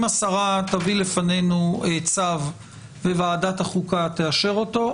אם השרה תביא לפנינו צו וועדת החוקה תאשר אותו,